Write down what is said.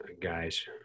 guys